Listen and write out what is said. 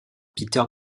peter